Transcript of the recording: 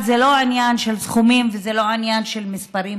זה לא רק עניין של סכומים וזה לא עניין של מספרים,